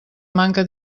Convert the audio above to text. manca